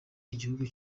igihugu